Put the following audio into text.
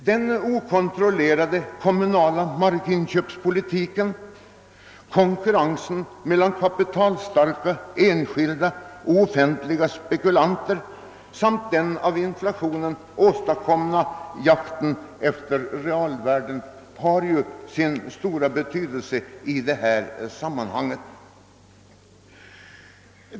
Den okontrollerade kommunala markinköpspolitiken, konkurrensen mellan kapitalstarka enskilda och offentliga spekulanter samt den av inflationen åstadkomna jakten efter realvärden har sin stora betydelse i detta sammanhang.